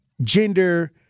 gender